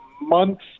months